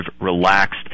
relaxed